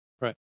Right